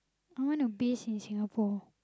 I want a base in Singapore